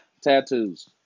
Tattoos